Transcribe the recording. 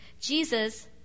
Jesus